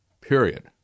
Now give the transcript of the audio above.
period